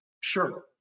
sure